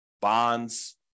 bonds